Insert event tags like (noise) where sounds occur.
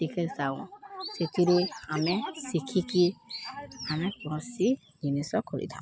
ଶିଖେ (unintelligible) ସେଥିରେ ଆମେ ଶିଖିକି ଆମେ କୌଣସି ଜିନିଷ କରିଥାଉ